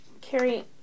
Carrie